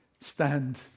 stand